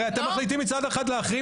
הרי אתם מחליטים מצד אחד להחרים,